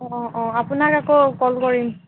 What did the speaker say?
অঁ অঁ আপোনাক আকৌ ক'ল কৰিম